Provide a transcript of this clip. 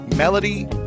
Melody